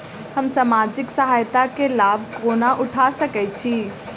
हम सामाजिक सहायता केँ लाभ कोना उठा सकै छी?